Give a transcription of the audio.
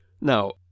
Now